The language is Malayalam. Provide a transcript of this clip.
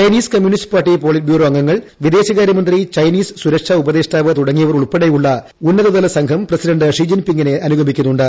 Chinese communist party politburo അംഗങ്ങൾ വിദേശകാര്യമന്ത്രി ചൈനീസ് സുരക്ഷാ ഉപദേഷ്ടാവ് തുടങ്ങിയവർ ഉൾപ്പെടെയുളള ഉന്നതതല സംഘം പ്രസിഡന്റ് ഷീ ജിൻ പിങിനെ അനുഗമിക്കുന്നുണ്ട്